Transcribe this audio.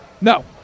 No